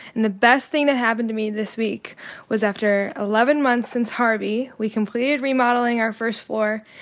and the best thing that happened to me this week was after eleven months since harvey, we completed remodeling our first floor,